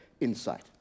insight